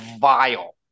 vile